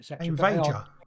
invader